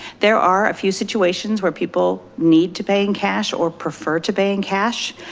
there are a few situations where people need to pay in cash or prefer to pay in cash.